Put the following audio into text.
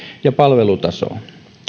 ja palvelutasoon